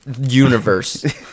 Universe